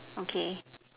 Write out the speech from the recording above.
okay